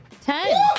ten